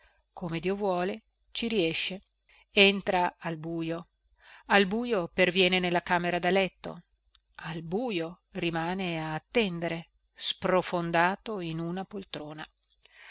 come dio vuole ci riesce entra al bujo al bujo perviene nella camera da letto al bujo rimane a attendere sprofondato in una poltrona